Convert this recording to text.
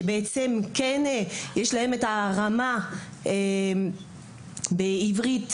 שבעצם כן מקבלים את החינוך ואת השפה העברית